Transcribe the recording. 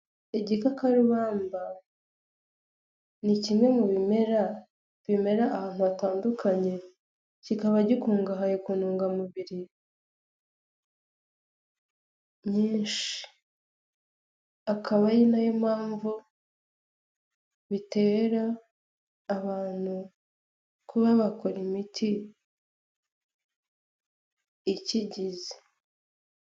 Igikakarubamba ni kimwe mu bimera, bimera ahantu hatandukanye, kikaba gikungahaye ku ntungamubiri nyinshi, akaba ari nayo mpamvu bitera abantu kuba bakora imiti ikigize.